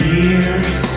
Years